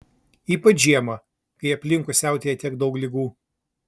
ypač žiemą kai aplinkui siautėja tiek daug ligų